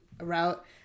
route